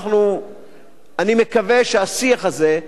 אני מקווה שהשיח הזה,